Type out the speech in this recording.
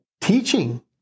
teaching